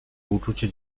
uczucie